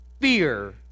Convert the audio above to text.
fear